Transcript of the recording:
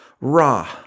raw